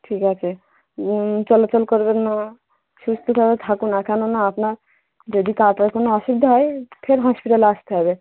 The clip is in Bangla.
ঠিক আছে চলাচল করবেন না সুস্থভাবে থাকুন না কেননা আপনার যদি ফার্দার কোনো অসুবিধা হয় ফের হসপিটালে আসতে হবে